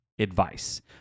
advice